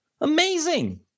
Amazing